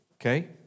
Okay